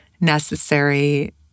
necessary